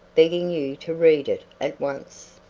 begging you to read it at once.